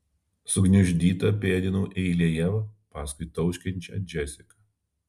sugniuždyta pėdinau eilėje paskui tauškiančią džesiką